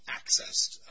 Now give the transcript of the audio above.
accessed